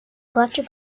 collector